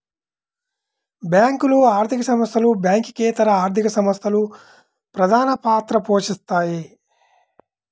బ్యేంకులు, ఆర్థిక సంస్థలు, బ్యాంకింగేతర ఆర్థిక సంస్థలు ప్రధానపాత్ర పోషిత్తాయి